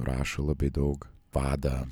rašo bei daug vadą